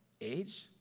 age